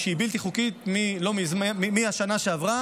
שהיא בלתי חוקית מהשנה שעברה,